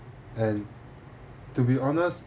and to be honest